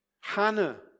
Hannah